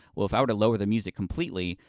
well if i were to lower the music completely,